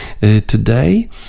today